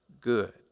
good